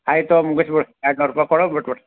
ಆಯಿತು ಮುಗಿಸಿ ಬಿಡು ಎರಡು ನೂರ ರೂಪಾಯಿ ಕೊಡು ಬಿಟ್ಟು ಬಿಡು